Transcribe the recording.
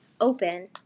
open